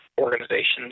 organizations